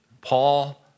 Paul